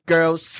Girls